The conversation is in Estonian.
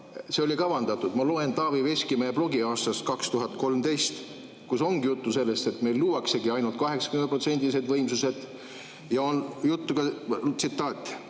see oli kavandatud. Ma loen Taavi Veskimäe blogi aastast 2013, kus ongi juttu sellest, et meil luuaksegi ainult 80%‑lised võimsused: